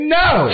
no